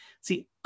See